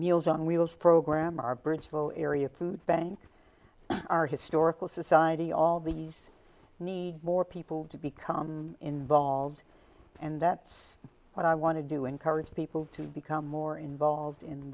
meals on wheels program our bridgeville area food bank our historical society all these need more people to become involved and that's what i want to do encourage people to become more involved in